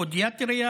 פודיאטריה,